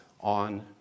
on